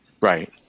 Right